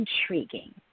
intriguing